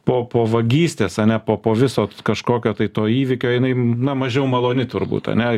po po vagystės ane po po viso kažkokio tai to įvykio jinai na mažiau maloni turbūt ane